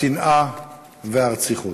השנאה והרציחות,